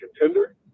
contender